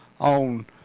on